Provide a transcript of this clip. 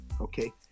okay